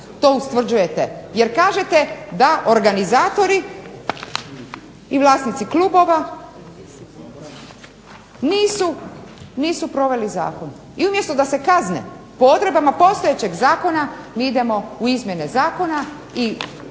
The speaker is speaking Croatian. to ustvrđujete jer kažete da organizatori i vlasnici klubova nisu proveli zakon i umjesto da se kazne po odredbama postojećeg zakona mi idemo u izmjene zakona i